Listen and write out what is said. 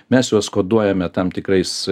mes juos koduojame tam tikrais